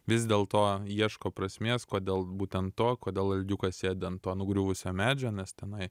vis dėlto ieško prasmės kodėl būtent to kodėl algiukas sėdi ant to nugriuvusio medžio nes tenai